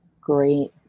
Great